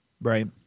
Right